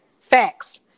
Facts